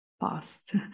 past